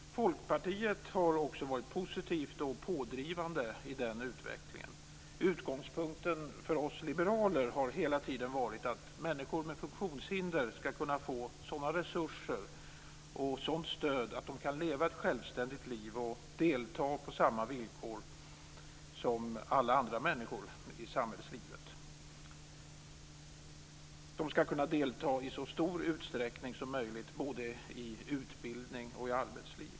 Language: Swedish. Folkpartiet har också varit positivt och pådrivande i den utvecklingen. Utgångspunkten för oss liberaler har hela tiden varit att människor med funktionshinder ska kunna få sådana resurser och sådant stöd att de kan leva ett självständigt liv och delta i samhällslivet på samma villkor som alla andra människor. De ska i så stor utsträckning som möjligt kunna delta både i utbildning och i arbetsliv.